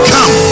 Come